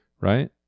right